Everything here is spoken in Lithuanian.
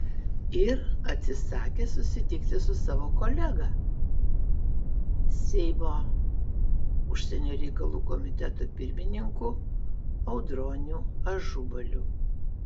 ir atsisakė susitikti su savo kolega seimo užsienio reikalų komiteto pirmininku audroniu ažubaliu